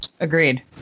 Agreed